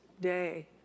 day